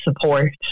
support